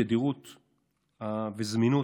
תדירות וזמינות,